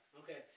okay